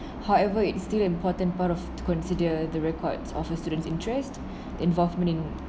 however it's still important part of consider the records of a student's interest involvement in